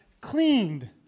cleaned